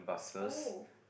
oh